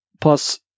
Plus